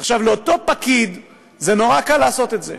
עכשיו, לאותו פקיד נורא קל לעשות את זה,